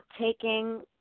taking